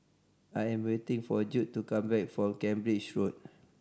I am waiting for Jude to come back from Cambridge Road